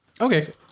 okay